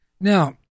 Now